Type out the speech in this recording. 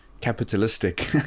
capitalistic